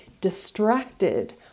distracted